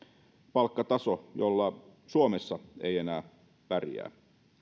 palkkataso jolla suomessa ei enää pärjää